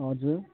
हजुर